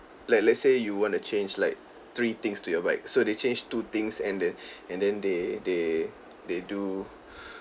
like let's say you want to change like three things to your bike so they change two things and then and then they they they do